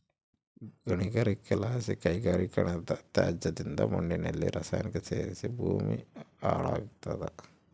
ಗಣಿಗಾರಿಕೆಲಾಸಿ ಕೈಗಾರಿಕೀಕರಣದತ್ಯಾಜ್ಯದಿಂದ ಮಣ್ಣಿನಲ್ಲಿ ರಾಸಾಯನಿಕ ಸೇರಿ ಭೂಮಿ ಹಾಳಾಗ್ತಾದ